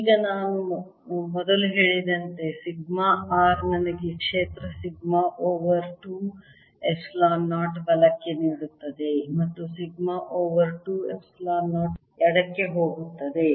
ಈಗ ನಾನು ಮೊದಲೇ ಹೇಳಿದಂತೆ ಸಿಗ್ಮಾ r ನನಗೆ ಕ್ಷೇತ್ರ ಸಿಗ್ಮಾ ಓವರ್ 2 ಎಪ್ಸಿಲಾನ್ 0 ಬಲಕ್ಕೆ ನೀಡುತ್ತದೆ ಮತ್ತು ಸಿಗ್ಮಾ ಓವರ್ 2 ಎಪ್ಸಿಲಾನ್ 0 ಎಡಕ್ಕೆ ಹೋಗುತ್ತದೆ